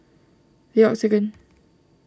the Octagon